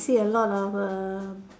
I see a lot of err